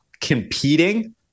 competing